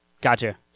Gotcha